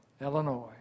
Illinois